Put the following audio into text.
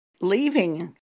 leaving